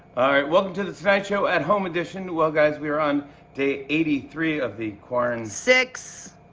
alright, welcome to the tonight show at home edition. well, guys, we are on day eighty three of the quarant six.